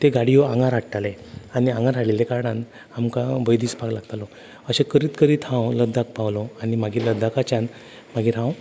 ते गाडयो आंगार हाडटाले आनी आंगार हाडिल्ल्या कारणान आमकां भंय दिसपा लागतालो अशे करीत करीत हांंव लदाख पावलों आनी मागीर लदाखाच्यान मागीर हांव